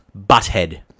butthead